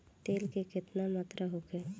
तेल के केतना मात्रा होखे?